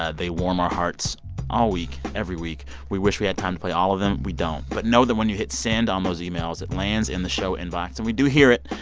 ah they warm our hearts all week, every week we wish we had time to play all of them. we don't. but know that when you hit send on those emails, it lands in the show inbox, and we do hear it.